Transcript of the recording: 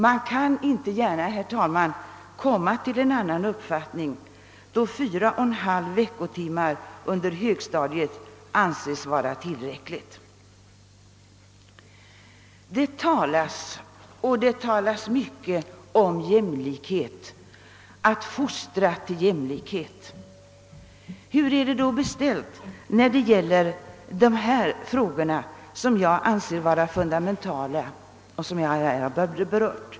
Man kan, herr talman, inte gärna komma till en annan uppfattning då 4!/2 veckotimmar anses vara tillräckligt på högstadiet. Det talas mycket om jämlikhet och om fostran till jämlikhet, men hur är det i det avseendet beställt beträffande de frågor som jag här berört och som jag anser vara fundamentala?